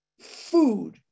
food